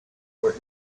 where